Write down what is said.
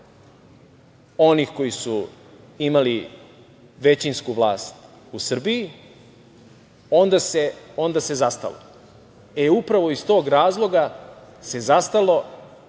onih koji su imali većinsku vlast u Srbiji onda se zastalo.E, upravo iz tog razloga se zastalo